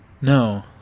no